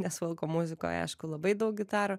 nes folko muzikoje aišku labai daug gitarų